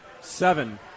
Seven